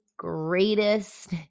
greatest